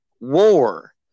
war